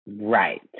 Right